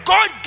God